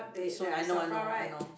nee soon I know I know I know